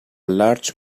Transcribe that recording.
large